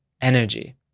energy